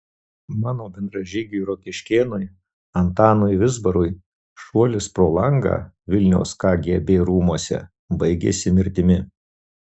mano bendražygiui rokiškėnui antanui vizbarui šuolis pro langą vilniaus kgb rūmuose baigėsi mirtimi